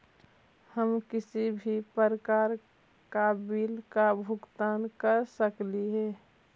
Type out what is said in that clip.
हम किसी भी प्रकार का बिल का भुगतान कर सकली हे?